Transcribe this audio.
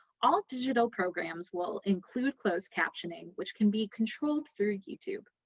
all digital programs will include closed captioning, which can be controlled through youtube.